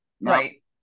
Right